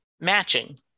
matching